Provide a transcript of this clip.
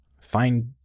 find